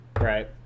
Right